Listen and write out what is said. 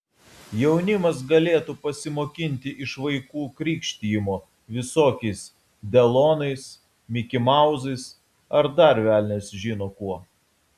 jaunimas galėtų pasimokinti iš vaikų krikštijimo visokiais delonais mikimauzais ar dar velnias žino kuo